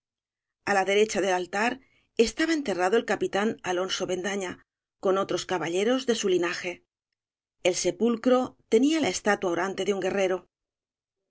la derecha del altar estaba enterra do el capitán alonso bendaña con otros ca balleros de su linaje el sepulcro tenía la es tatua orante de un guerrero